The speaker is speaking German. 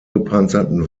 gepanzerten